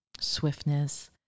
swiftness